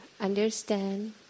understand